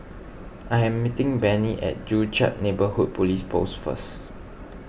I am meeting Benny at Joo Chiat Neighbourhood Police Post first